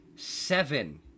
Seven